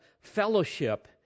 fellowship